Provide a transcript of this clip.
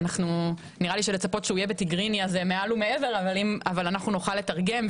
נראה לי שלצפות שיהיה בתיגרינית זה מעל ומעבר אבל אנחנו נוכל לתרגם,